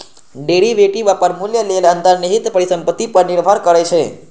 derivative अपन मूल्य लेल अंतर्निहित परिसंपत्ति पर निर्भर करै छै